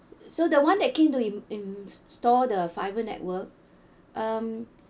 so the [one] that came to in~ install the fibre network um